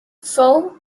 four